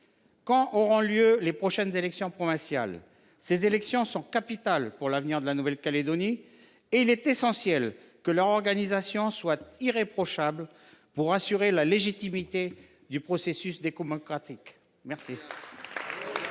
Quand auront lieu les prochaines élections provinciales ? Ces élections sont capitales pour l’avenir de la Nouvelle Calédonie. Il est essentiel qu’elles soient organisées dans des conditions irréprochables afin d’assurer la légitimité du processus démocratique. La